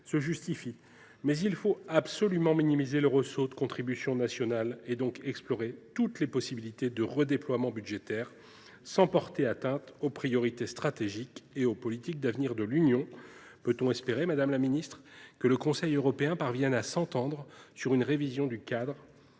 se justifie, mais il faut absolument minimiser le ressaut sur les contributions nationales, et donc explorer toutes les possibilités de redéploiements budgétaires, sans porter atteinte aux priorités stratégiques et aux politiques d’avenir de l’Union. Peut on espérer, madame la secrétaire d’État, que le Conseil européen parvienne à s’entendre sur une révision du cadre